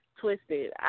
twisted